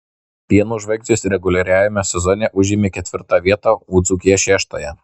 pieno žvaigždės reguliariajame sezone užėmė ketvirtąją vietą o dzūkija šeštąją